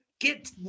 get